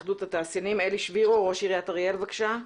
אלי שבירו, ראש עיריית אריאל, בבקשה.